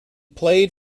played